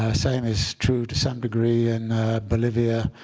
ah same is true, to some degree, in bolivia,